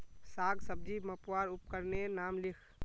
साग सब्जी मपवार उपकरनेर नाम लिख?